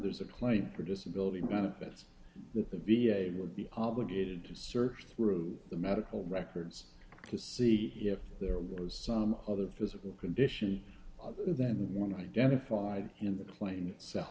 there's a plane or disability benefits the v a will be obligated to search through the medical records to see if there was some other physical condition that one identified in the plane so